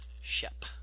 Shep